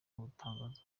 butangaza